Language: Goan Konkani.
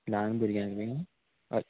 ल्हान भुरग्यांक बीन